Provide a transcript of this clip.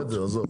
בסדר.